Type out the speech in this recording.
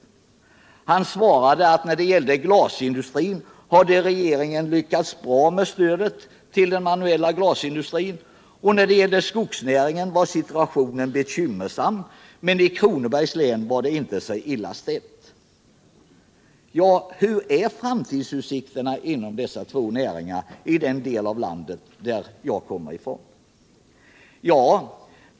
Herr Åsling svarade att när det gällde glasindustrin hade regeringen lyckats bra med stödet till den manuella glasindustrin, när det gällde skogsnäringen var situationen bekymmersam, men i Kronobergs län var det inte så illa ställt. Hur är framtidsutsikterna inom dessa två näringar i den del av landet som jag kommer ifrån?